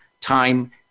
time